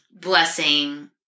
Blessing